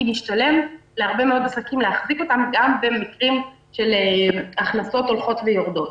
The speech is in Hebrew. משתלם להרבה מאוד עסקים להחזיק אותם גם במקרים של הכנסות הולכות ויורדות.